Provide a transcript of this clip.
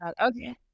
Okay